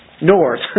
north